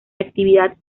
actividad